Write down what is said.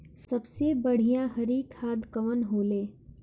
सबसे बढ़िया हरी खाद कवन होले?